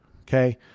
okay